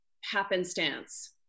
happenstance